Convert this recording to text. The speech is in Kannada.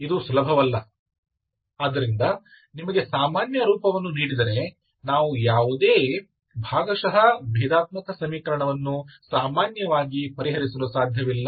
ಇದು ಸುಲಭವಲ್ಲ ಆದ್ದರಿಂದ ನಿಮಗೆ ಸಾಮಾನ್ಯ ರೂಪವನ್ನು ನೀಡಿದರೆ ನಾವು ಯಾವುದೇ ಭಾಗಶಃ ಭೇದಾತ್ಮಕ ಸಮೀಕರಣವನ್ನು ಸಾಮಾನ್ಯವಾಗಿ ಪರಿಹರಿಸಲು ಸಾಧ್ಯವಿಲ್ಲ